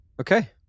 Okay